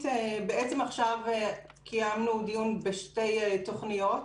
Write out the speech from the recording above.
עכשיו קיימנו דיון בשתי תוכניות.